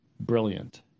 brilliant